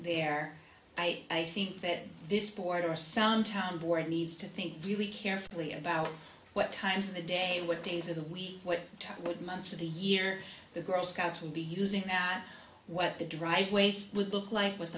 there i think that this board or some town board needs to think really carefully about what times of the day what days of the week what would months of the year the girl scouts will be using what the driveways would look like with